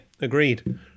agreed